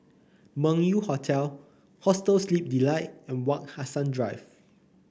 Meng Yew Hotel Hostel Sleep Delight and Wak Hassan Drive